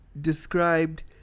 described